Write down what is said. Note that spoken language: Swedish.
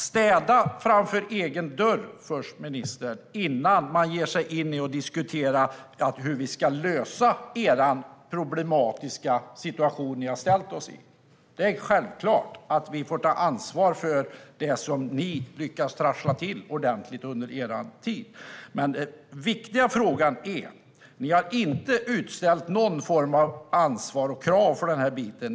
Städa framför egen dörr, ministern, innan ni ger er in i att diskutera hur vi ska lösa den problematiska situation ni har försatt oss i! Det är självklart att vi får ta ansvar för det som ni lyckats trassla till ordentligt under er tid, men den viktiga frågan kvarstår. Ni har inte utkrävt någon form av ansvar eller ställt krav i den här delen.